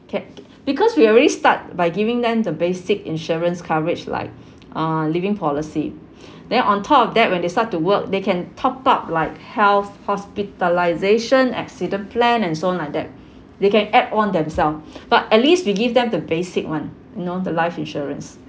because we already start by giving them the basic insurance coverage like uh living policy then on top of that when they start to work they can top-up like health hospitalisation accident plan and so on like that they can add on themselves but at least we give them the basic one you know the life insurance